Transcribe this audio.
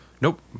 Nope